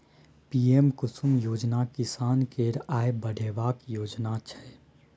PM Kusum योजना किसान केर आय बढ़ेबाक योजना छै